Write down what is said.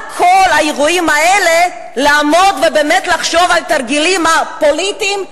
ומעל כל האירועים האלה לעמוד ולחשוב על התרגילים הפוליטיים,